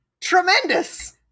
Tremendous